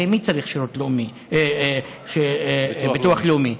הרי מי צריך ביטוח לאומי?